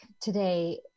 today